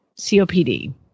COPD